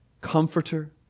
comforter